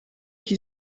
qui